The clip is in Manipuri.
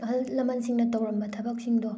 ꯑꯍꯜ ꯂꯃꯟꯁꯤꯡꯅ ꯇꯧꯔꯝꯕ ꯊꯕꯛꯁꯤꯡꯗꯣ